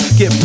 get